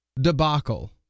debacle